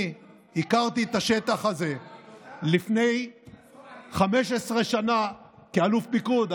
אני הכרתי את השטח הזה לפני 15 שנה כאלוף פיקוד.